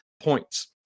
points